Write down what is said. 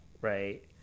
right